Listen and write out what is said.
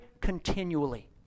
continually